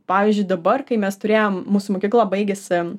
pavyzdžiui dabar kai mes turėjom mūsų mokykla baigėsi